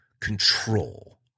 control